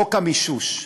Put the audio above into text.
חוק המישוש,